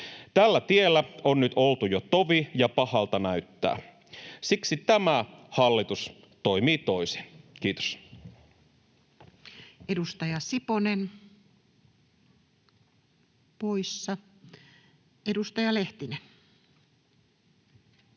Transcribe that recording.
Tällä tiellä on nyt oltu jo tovi, ja pahalta näyttää. Siksi tämä hallitus toimii toisin. — Kiitos. Edustaja Siponen, poissa. — Edustaja Lehtinen.